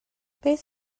beth